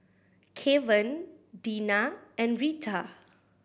Kevan Dina and Retha